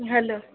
hello